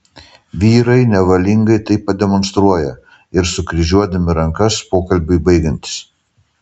vyrai nevalingai tai pademonstruoja ir sukryžiuodami rankas pokalbiui baigiantis